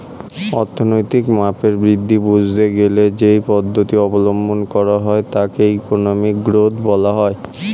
অর্থনৈতিক মাপের বৃদ্ধি বুঝতে গেলে যেই পদ্ধতি অবলম্বন করা হয় তাকে ইকোনমিক গ্রোথ বলা হয়